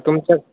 तुमचा